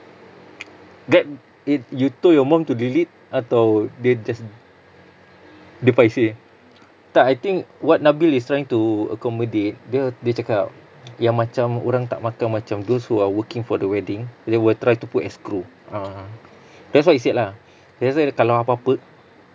then y~ you told your mum to delete atau dia just dia paiseh tak I think what nabil is trying to accommodate dia dia cakap yang macam orang tak makan macam those who are working for the wedding they will try to put as crew (uh huh) that's what he said lah that's why kalau apa-apa